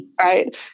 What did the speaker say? right